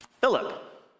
Philip